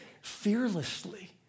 fearlessly